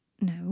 No